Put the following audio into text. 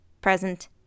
present